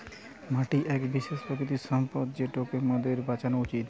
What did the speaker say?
মাটি এক বিশেষ প্রাকৃতিক সম্পদ যেটোকে মোদের বাঁচানো উচিত